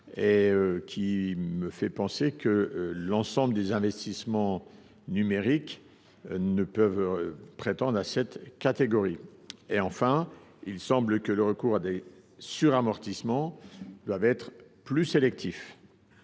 me semble très large, l’ensemble des investissements numériques pouvant prétendre à cette catégorie. Enfin, il me semble que le recours à des suramortissements doit être plus sélectif.